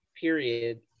period